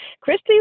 Christy